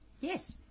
Yes